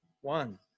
one